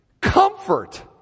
comfort